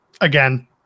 Again